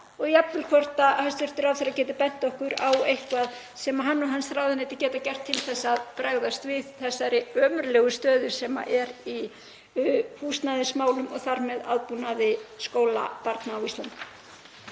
og jafnvel hvort hæstv. ráðherra geti bent okkur á eitthvað sem hann og hans ráðuneyti geta gert til að bregðast við þessari ömurlegu stöðu sem er í húsnæðismálum og þar með aðbúnaði skólabarna.